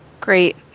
Great